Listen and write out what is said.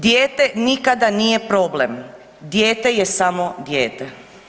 Dijete nikada nije problem, dijete je samo dijete.